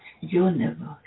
universe